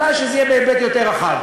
אמרתי, אולי שזה יהיה בהיבט יותר רחב.